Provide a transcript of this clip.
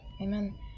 Amen